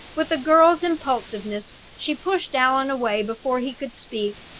with a girl's impulsiveness she pushed allan away before he could speak,